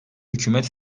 hükümet